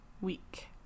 week